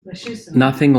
nothing